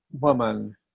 woman